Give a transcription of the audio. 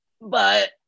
But-